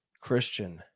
Christian